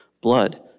Blood